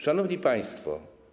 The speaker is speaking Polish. Szanowni Państwo!